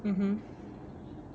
mmhmm